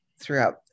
throughout